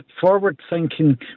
forward-thinking